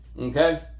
Okay